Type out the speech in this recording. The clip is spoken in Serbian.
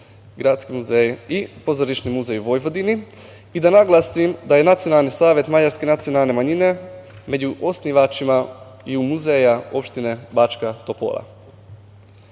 Gradski muzej i Pozorišni muzej u Vojvodini. Da naglasim da je Nacionalni savet mađarske nacionalne manjine među osnivačima i Muzeja opštine Bačka Topola. Neko